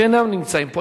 שאינם נמצאים פה.